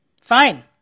fine